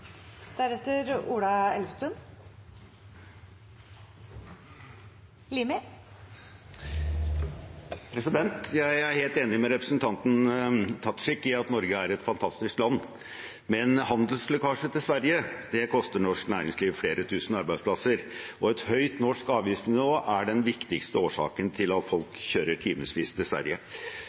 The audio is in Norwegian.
Jeg er helt enig med representanten Tajik i at Norge er et fantastisk land, men handelslekkasjen til Sverige koster norsk næringsliv flere tusen arbeidsplasser, og et høyt norsk avgiftsnivå er den viktigste årsaken til at folk kjører timevis til Sverige.